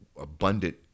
abundant